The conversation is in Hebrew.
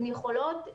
הן יכולות,